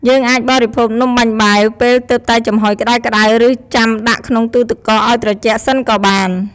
យើងអាចបរិភោគនំបាញ់បែវពេលទើបតែចំហុយក្ដៅៗ ឬចាំដាក់ក្នុងទូទឹកកកឱ្យត្រជាក់សិនក៏បាន។